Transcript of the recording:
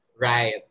Right